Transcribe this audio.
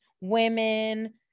women